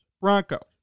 Broncos